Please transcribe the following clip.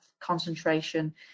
concentration